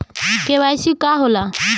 KYC का होला?